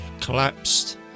collapsed